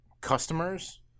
customers